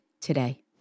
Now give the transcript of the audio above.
today